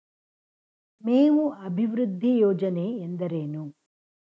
ಮೇವು ಅಭಿವೃದ್ಧಿ ಯೋಜನೆ ಎಂದರೇನು?